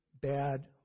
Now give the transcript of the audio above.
bad